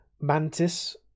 mantis